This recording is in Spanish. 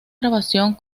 grabación